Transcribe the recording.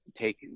take